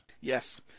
Yes